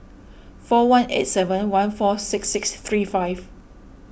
four one eight seven one four six six three five